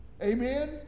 Amen